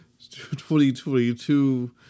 2022